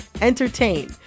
entertain